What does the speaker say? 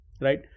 Right